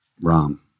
Ram